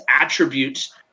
attributes